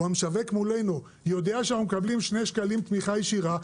או המשווק מולנו יודע שאנחנו מקבלים שני שקלים תמיכה ישירה,